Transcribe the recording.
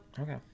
okay